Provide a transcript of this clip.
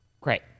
Great